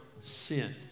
sin